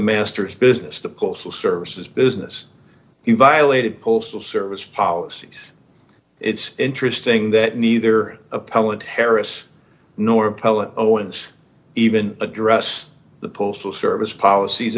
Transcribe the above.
master's business the postal services business he violated postal service policies it's interesting that neither appellant harris nor appellant owens even address the postal service policies